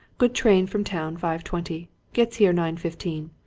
good train from town five-twenty gets here nine-fifteen.